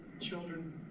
children